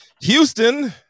Houston